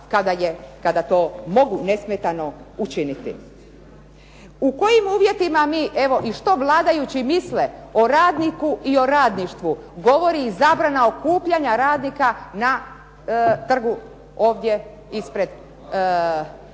kada to mogu nesmetano učiniti. U kojim uvjetima mi evo i što vladajući misle o radniku i o radništvu govori i zabrana okupljanja radnika na trgu ovdje ispred naše